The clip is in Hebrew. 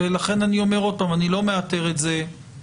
לכן, אני אומר עוד פעם, אני לא מאתר את זה כרגע.